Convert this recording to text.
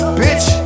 bitch